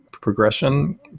progression